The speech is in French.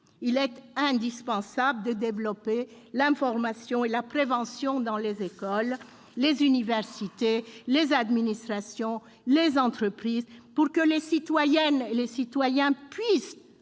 Il est indispensable de développer l'information et la prévention dans les écoles, les universités, les administrations, les entreprises, pour que les citoyennes et les citoyens puissent